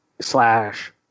slash